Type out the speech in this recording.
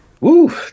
woo